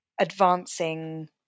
advancing